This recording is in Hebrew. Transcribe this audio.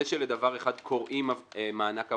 זה שלדבר אחד קוראים "מענק עבודה"